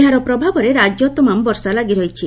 ଏହାର ପ୍ରଭାବରେ ରାକ୍ୟ ତମାମ ବର୍ଷା ଲାଗିରହିଛି